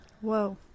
whoa